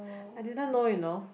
I didn't know you know